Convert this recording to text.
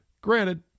Granted